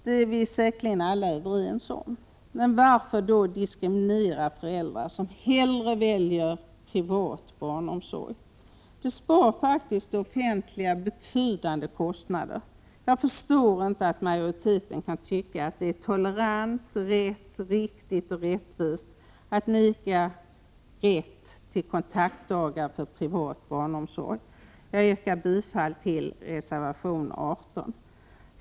Det är vi säkerligen alla överens om. Men varför då diskriminera föräldrar som hellre väljer privat barnomsorg? De bespar faktiskt det offentliga betydande kostnader. Jag förstår inte att majoriteten kan tycka att det är tolerant, rätt, riktigt och rättvist att vägra rätt till kontaktdagar för privat barnomsorg. Jag yrkar bifall till reservation 18.